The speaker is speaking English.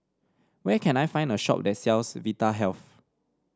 where can I find a shop that sells Vita health